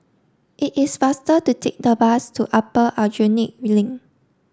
it is faster to take the bus to Upper Aljunied Link